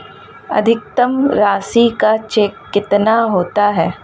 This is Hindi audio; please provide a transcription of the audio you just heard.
अधिकतम राशि का चेक कितना होता है?